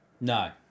No